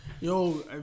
yo